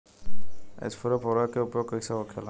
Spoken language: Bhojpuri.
स्फुर उर्वरक के उपयोग कईसे होखेला?